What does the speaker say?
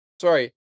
sorry